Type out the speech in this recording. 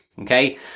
okay